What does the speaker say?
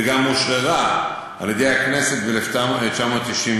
וגם אושררה על-ידי הכנסת ב-1991.